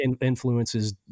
influences